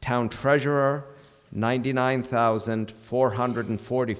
town treasurer ninety nine thousand four hundred forty